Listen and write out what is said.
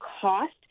cost